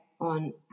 on